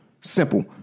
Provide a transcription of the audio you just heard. Simple